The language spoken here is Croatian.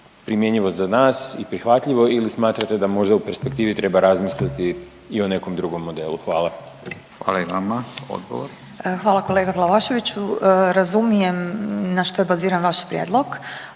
primjenjivo za nas i prihvatljivo ili smatrate da možda u perspektivi treba razmisliti i o nekom drugom modelu. Hvala. **Radin, Furio (Nezavisni)** Hvala i vama. Odgovor. **Petir, Marijana (Nezavisni)** Hvala kolega Glavaševiću. Razumijem na što je baziran vaš prijedlog,